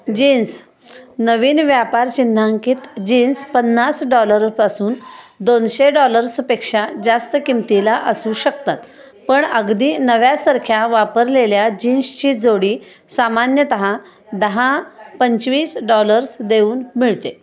jeans नवीन व्यापारचिन्हांकित jeans पन्नास डॉलरपासून दोनशे डॉलर्सपेक्षा जास्त किमतीला असू शकतात पण अगदी नव्यासारख्या वापरलेल्या जीन्सची जोडी सामान्यतः दहा पंचवीस डॉलर्स देऊन मिळते